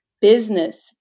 business